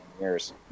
years